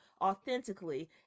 authentically